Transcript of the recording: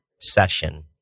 session